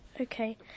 Okay